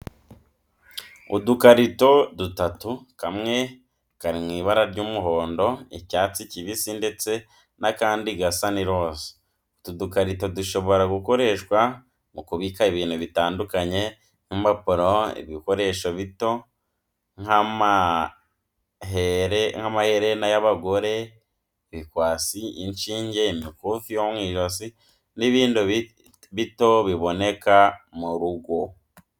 Udukarito dutatu kamwe kari mu ibara ry'umuhondo, icyatsi kibisi ndetse n'akandi gasa n'iroza. Utu dukarito dushobora gukoreshwa mu kubika ibintu bitandukanye nk’impano, ibikoresho bito nk'amaherena y'abagore, ibikwasi, inshinge, imikufi yo mu ijosi n'ibindi bito biboneka mu rugo.